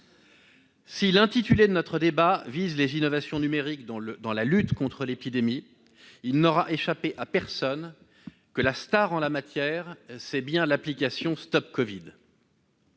Si l'intitulé de notre débat vise les innovations numériques dans la lutte contre l'épidémie, il n'aura échappé à personne que la star en la matière est bien l'application StopCovid.